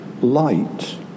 light